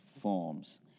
forms